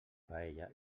paella